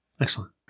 Excellent